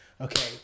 Okay